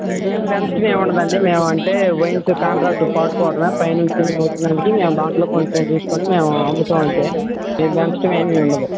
మేము పెంచటమేం ఉండదండి అంటే వైయిన్స్ కాంట్రాక్ట్ పాడుకోవడంమా పైనుంచి వచ్చినదాంట్లోంచి మేము కొంచెం తీసుకుని మేము అమ్ముతాం అంతే ఇంక మా ఇష్టం ఏమి ఉండదు